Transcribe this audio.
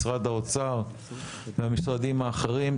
משרד האוצר והמשרדים האחרים.